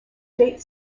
state